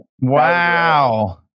wow